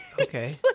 Okay